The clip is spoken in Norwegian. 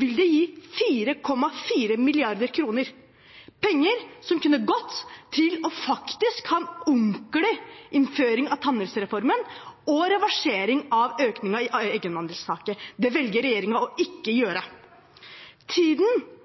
vil det gi 4,4 mrd. kr – penger som kunne gått til faktisk å ha en ordentlig innføring av tannhelsereformen og reversering av økningen av egenandelstaket. Det velger regjeringen å ikke gjøre. Tiden